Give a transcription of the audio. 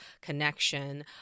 connection